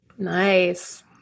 Nice